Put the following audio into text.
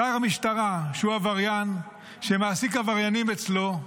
שר המשטרה, שהוא עבריין שמעסיק עבריינים אצלו,